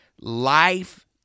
life